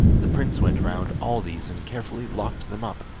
the prince went round all these and carefully locked them up,